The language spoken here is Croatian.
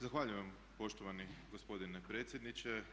Zahvaljujem vam poštovani gospodine predsjedniče.